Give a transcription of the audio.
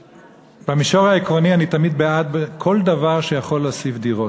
במישור העקרוני אני תמיד בעד כל דבר שיכול להוסיף דירות.